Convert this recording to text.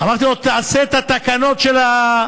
אמרתי לו: תעשה את התקנות של הפיגומים.